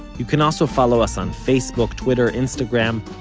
you can also follow us on facebook, twitter, instagram,